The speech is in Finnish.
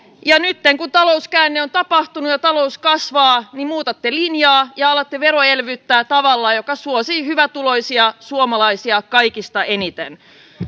ja nytten kun talouskäänne on tapahtunut ja talous kasvaa muutatte linjaa ja alatte veroelvyttää tavalla joka suosii hyvätuloisia suomalaisia kaikista eniten